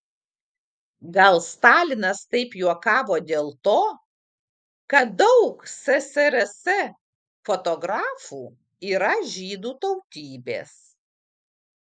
gal stalinas taip juokavo dėl to kad daug ssrs fotografų yra žydų tautybės